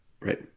Right